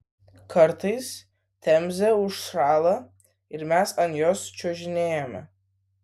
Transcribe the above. kartais temzė užšąla ir mes ant jos čiužinėjame